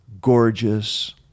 gorgeous